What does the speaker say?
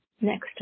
next